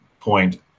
point